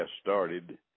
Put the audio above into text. started